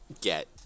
get